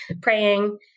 praying